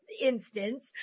instance